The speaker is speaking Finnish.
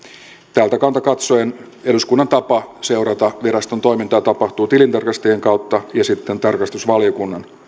tältä kannalta katsoen eduskunnan tapa seurata viraston toimintaa tapahtuu tilintarkastajien kautta ja sitten tarkastusvaliokunnan